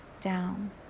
down